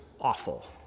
awful